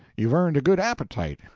you've earned a good appetite,